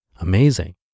Amazing